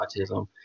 autism